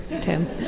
Tim